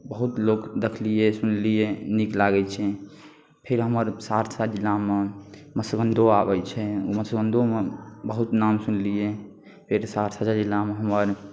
बहुत लोक देखलिए सुनलिए नीक लागै छै फेर हमर सहरसा जिलामे मत्स्यगन्धो आबै छै मत्स्यगन्धोमे बहुत नाम सुनलिए फेर सहरसा जिलामे हमर